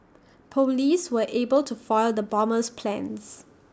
Police were able to foil the bomber's plans